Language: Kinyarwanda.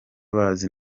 bazi